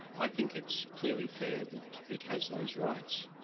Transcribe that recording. i think it's clearly fair that it has those rights.